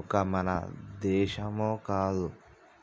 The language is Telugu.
ఒక మన దేశమో కాదు